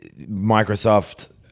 Microsoft